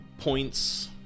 points